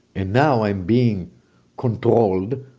and now i'm being controlled